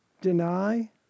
deny